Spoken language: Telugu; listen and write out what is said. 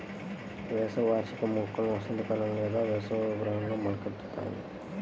వేసవి వార్షిక మొక్కలు వసంతకాలంలో లేదా వేసవి ప్రారంభంలో మొలకెత్తుతాయి